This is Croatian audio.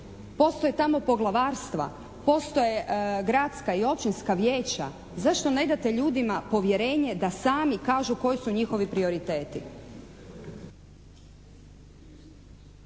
Postoje tamo poglavarstva, postoje gradska i općinska vijeća. Zašto ne date ljudima povjerenje da sami kažu koji su njihovi prioriteti?